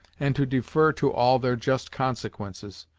and to defer to all their just consequences.